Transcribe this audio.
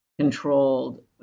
controlled